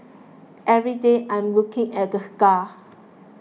every day I'm looking at the scar